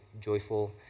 joyful